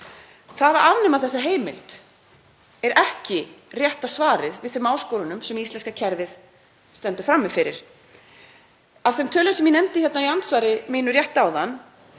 Það að afnema þessa heimild er ekki rétta svarið við þeim áskorunum sem íslenska kerfið stendur frammi fyrir. Þær tölur sem ég nefndi í andsvari mínu rétt áðan